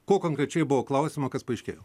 ko konkrečiai buvo klausiama kas paaiškėjo